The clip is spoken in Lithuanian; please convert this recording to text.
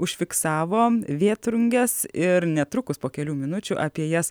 užfiksavo vėtrunges ir netrukus po kelių minučių apie jas